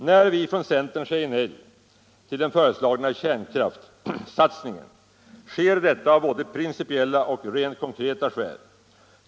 När vi från centern säger nej till den föreslagna kärnkraftsatsningen sker detta av både principiella och rent konkreta skäl.